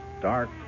dark